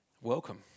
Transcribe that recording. Welcome